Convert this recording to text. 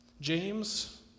James